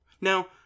Now